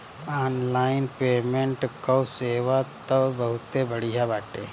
online payment कअ सेवा तअ बहुते बढ़िया बाटे